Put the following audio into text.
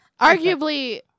Arguably